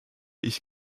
ich